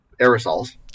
aerosols